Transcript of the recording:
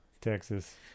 Texas